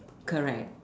correct